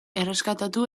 erreskatatu